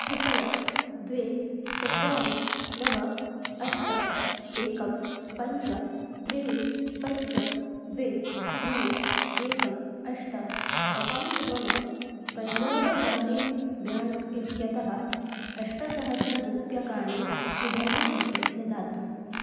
कृपया द्वे चत्वारि नव अष्ट एकं पञ्च त्रिणि पञ्च द्वे त्रीणि एकम् अष्ट अकौण्ट् मम पञ्जाब ग्रामिन् ब्याङ्क् इत्यतः अष्टसहस्ररूप्यकाणि सुधर्मा कृते ददातु